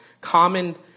common